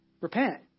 repent